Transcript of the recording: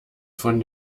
von